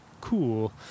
cool